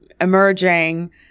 emerging